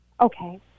Okay